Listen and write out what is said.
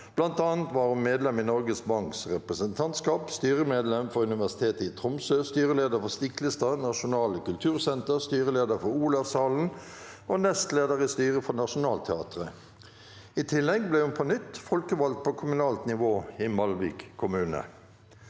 bl.a. var hun medlem i Norges Banks representantskap, styremedlem for Universitetet i Tromsø, styreleder for Stiklestad Nasjonale Kultursenter, styreleder for Olavshallen og nestleder i styret for Nationaltheatret. I tillegg ble hun på nytt folkevalgt på kommunalt nivå i Malvik kommune.